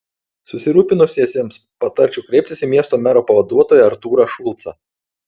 susirūpinusiesiems patarčiau kreiptis į miesto mero pavaduotoją artūrą šulcą